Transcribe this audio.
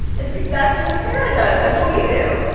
it's exactly what sarah does and what we do.